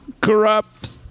Corrupt